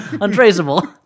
Untraceable